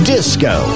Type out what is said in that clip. Disco